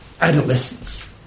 Adolescence